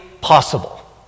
possible